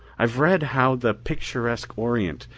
i have read how the picturesque orient,